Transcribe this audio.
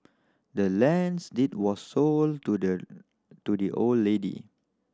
the land's deed was sold to the to the old lady